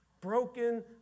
Broken